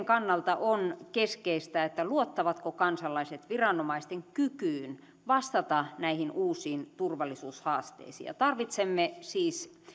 kannalta on keskeistä luottavatko kansalaiset viranomaisten kykyyn vastata näihin uusiin turvallisuushaasteisiin tarvitsemme siis